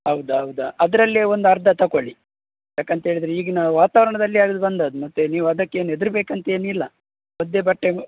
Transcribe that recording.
ಹೌದ ಹೌದ ಅದರಲ್ಲೇ ಒಂದು ಅರ್ಧ ತೊಗೊಳ್ಳಿ ಯಾಕೆಂಥೇಳಿದ್ರೆ ಈಗಿನ ವಾತಾವರಣದಲ್ಲಿ ಅದು ಬಂದದ್ದು ಮತ್ತೆ ನೀವು ಅದಕ್ಕೇನು ಹೆದ್ರ ಬೇಕುಂತೇನಿಲ್ಲ ಒದ್ದೆ ಬಟ್ಟೆಗು